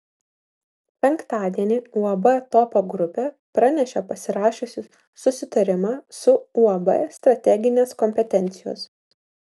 penktadienį uab topo grupė pranešė pasirašiusi susitarimą su uab strateginės kompetencijos